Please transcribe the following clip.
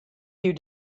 you